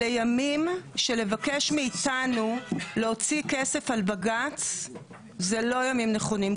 אלה ימים שלבקש מאיתנו להוציא כסף על בג"צ זה לא ימים נכונים.